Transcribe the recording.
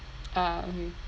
ah okay